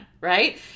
right